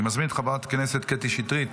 אני מזמין את חברת הכנסת קטי שטרית